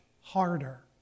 harder